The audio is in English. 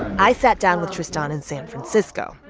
i sat down with tristan in san francisco.